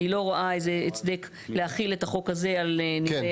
אני לא רואה איזה הצדק להחיל את החוק הזה על נמלי